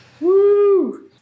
Woo